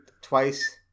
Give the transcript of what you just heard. twice